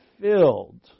filled